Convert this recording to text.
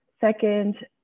Second